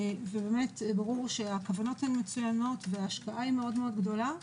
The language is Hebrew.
ברור שהכוונות מצוינות, השקעה גדולה,